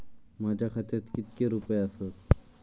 माझ्या खात्यात कितके रुपये आसत?